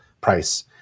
price